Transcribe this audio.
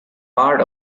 part